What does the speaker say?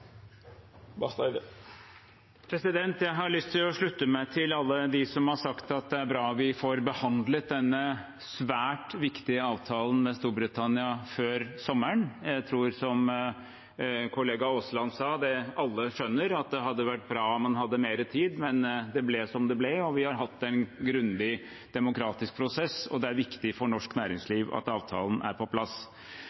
Jeg har lyst til å slutte meg til alle dem som har sagt at det er bra vi får behandlet denne svært viktige avtalen med Storbritannia før sommeren. Jeg tror, som kollega Aasland sa, at alle skjønner at det hadde vært bra om man hadde hatt mer tid, men det ble som det ble. Vi har hatt en grundig demokratisk prosess, og det er viktig for norsk